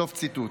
סוף ציטוט.